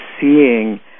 seeing